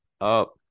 up